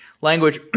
language